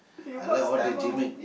I like all the gimmick